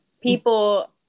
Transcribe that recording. people